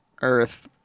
earth